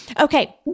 Okay